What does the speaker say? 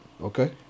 Okay